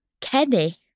Kenny